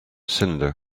cylinder